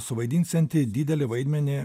suvaidinsianti didelį vaidmenį